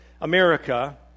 America